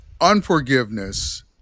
unforgiveness